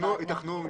"ייתכנו מבחנים".